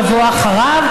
לבוא אחריו,